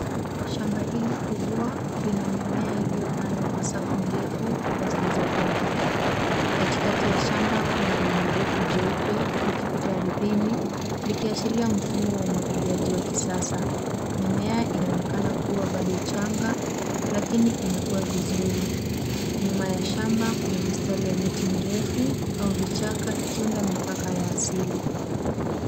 Shamba hili kubwa lina mimea iliyopandwa kwa safu ndefu na zilizopangika. Katikati ya shamba kuna bomba refu jeupe likipita ardhini, likiashiria mfumo wa umwagiliaji wa kisasa. Mimea inaonekana kuwa bado changa lakini inakuwa vizuri. Nyuma ya shamba kuna mistari ya miti mirefu au vichaka ikiunda mipaka ya asili.